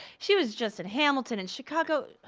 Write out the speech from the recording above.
she was just in hamilton in chicago,